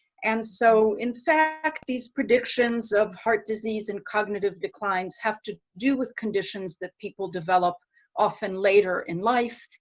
and so in fact, these predictions of heart disease and cognitive declines have to do with conditions that people develop often later in life.